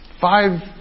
five